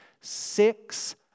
Six